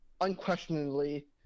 unquestionably